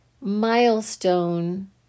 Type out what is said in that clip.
milestone